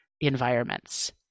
environments